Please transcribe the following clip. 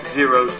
zero